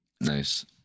Nice